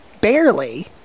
Barely